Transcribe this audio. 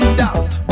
doubt